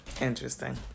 Interesting